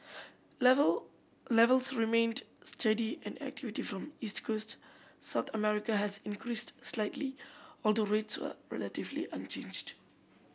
level levels remained steady and activity from East Coast South America has increased slightly although rates were relatively unchanged